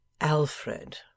Alfred